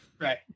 right